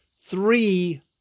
three